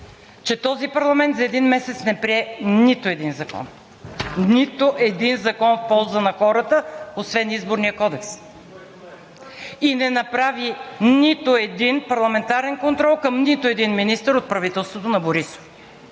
че този парламент за един месец не прие нито един закон! Нито един закон в полза на хората, освен Изборния кодекс! И не направи нито един парламентарен контрол към нито един министър от правителството на Борисов!